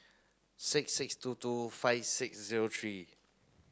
six six two two five six zero three